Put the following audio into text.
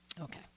Okay